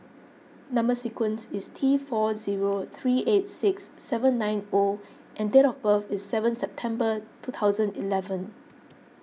Number Sequence is T four zero three eight six seven nine O and date of birth is seven September two thousand eleven